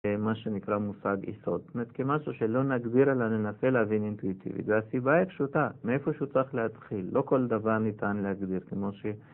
מה שנקרא מושג יסוד, זאת אומרת, כמשהו שלא נגדיר אלא ננסה להבין אינטואיטיבית. והסיבה היא פשוטה, מאיפשהו צריך להתחיל, לא כל דבר ניתן להגדיר כמו שהיא.